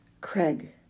Craig